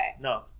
no